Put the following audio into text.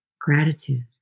gratitude